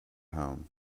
home